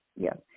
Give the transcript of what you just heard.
Yes